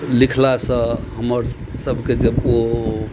लिखलासँ हमर सबके जब को